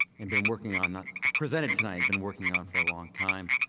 and been working on not presented tonight been working on for a long time.